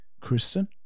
Kristen